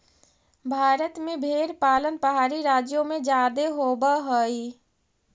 भारत में भेंड़ पालन पहाड़ी राज्यों में जादे होब हई